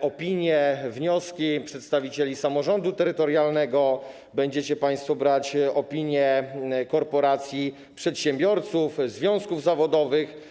opinie i wnioski przedstawicieli samorządu terytorialnego, opinie korporacji przedsiębiorców, związków zawodowych.